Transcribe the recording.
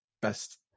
best